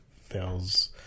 fails